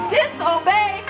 disobey